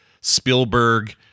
Spielberg